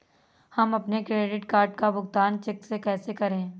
हम अपने credit card का भुगतान चेक से कैसे करें?